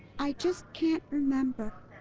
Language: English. i just can't remember!